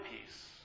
peace